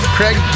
Craig